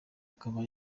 akaba